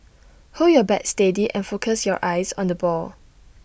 hold your bat steady and focus your eyes on the ball